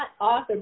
author